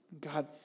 God